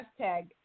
hashtag